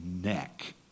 neck